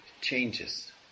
changes